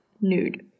nude